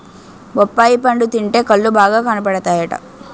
బొప్పాయి పండు తింటే కళ్ళు బాగా కనబడతాయట